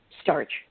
starch